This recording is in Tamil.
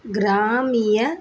கிராமிய